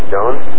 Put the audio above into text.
Jones